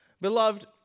Beloved